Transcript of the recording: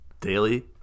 daily